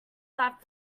flap